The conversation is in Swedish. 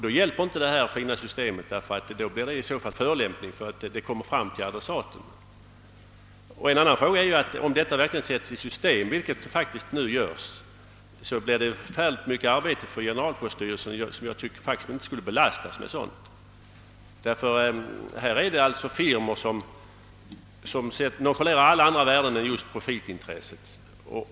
Då hjälper inte den fina metod som används, ty det blir ändå fråga om en förolämpning enligt lagens terminologi som kommer fram till adressaten. Vidare blir det en mängd arbete för generalpoststyrelsen om sådana här trakasserier — såsom nu faktiskt sker — sätts i system. Jag tycker för min del att generalpoststyrelsen inte bör belastas med sådant; det rör sig här om firmor som nonchalerar alla värden utom profitintressets.